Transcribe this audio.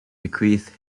bequeathed